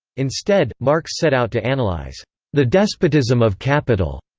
instead, marx set out to analyse the despotism of capital.